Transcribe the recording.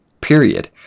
Period